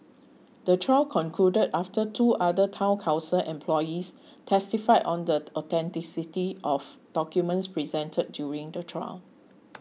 the trial concluded after two other Town Council employees testified on the authenticity of documents presented during the trial